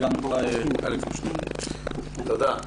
תודה.